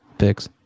picks